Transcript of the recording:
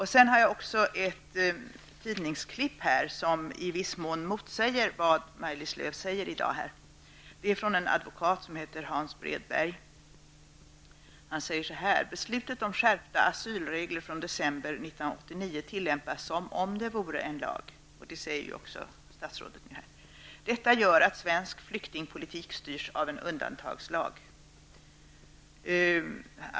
Jag har i min hand ett tidningsklipp vars innehåll i viss mån motsäger vad Maj-Lis Lööw säger i dag. Artikeln i fråga handlar om vad advokaten Hans Bredberg har skrivit. Han säger bl.a.: tillämpas som om det vore en lag. Detta gör att svensk flyktingpolitik styrs av en undantagslag.'' Det förstnämnda säger också Maj-Lis Lööw.